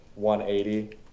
180